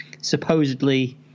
supposedly